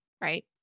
right